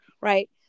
right